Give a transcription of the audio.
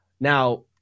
Now